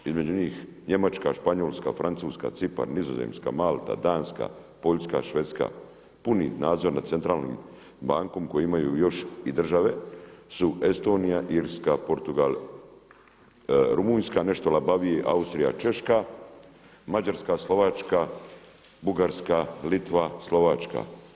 Između njih Njemačka, Španjolska, Francuska, Cipar, Nizozemska, Malta, Danska, Poljska, Švedska, puni nadzor nad centralnim bankom koje imaju još i države su Estonija, Irska, Portugal, Rumunjska nešto labavije, Austrija, Češka, Mađarska, Slovačka, Bugarska, Litva, Slovačka.